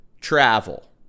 travel